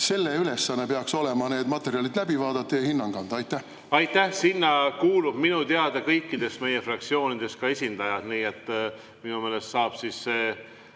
Selle ülesanne peaks olema need materjalid läbi vaadata ja hinnang anda. Aitäh! Sinna kuulub minu teada kõikidest meie fraktsioonidest esindajaid. Nii et minu meelest saab see